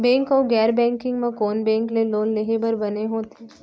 Bank अऊ गैर banking म कोन बैंक ले लोन लेहे बर बने होथे?